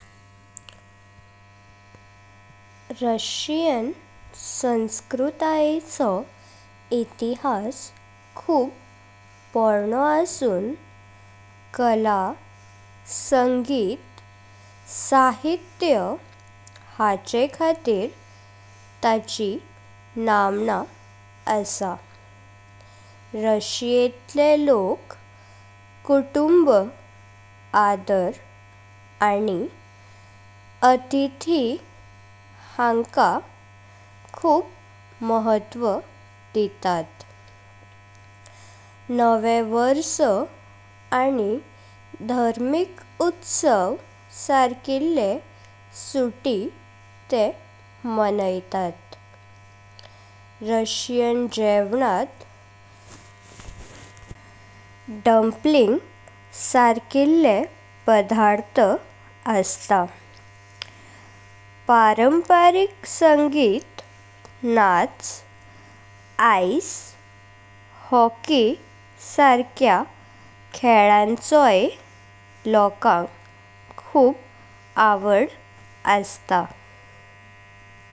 Russian संस्कृतयेचो इतिहास खूब महत्वपूर्ण आसून कला संगीत साहित्य हाचे खातीर ताची नामना आसा। रशिया'तलें लोक कुटुंब, आदर, आनी अतिथि हांक खूब महत्वा दितात। नवे वर्स आनी धार्मिक उत्सव सर्किल्लें सुटी ते हाँक मनायतात। रशियन जेवणात डम्पलिंग सर्किल्ले पदार्थ आसा। पारंपारिक संगीत, नाच, आइस, हॉकी सर्क्या खेलांचोय लोकांक खूब आवड आस्ता।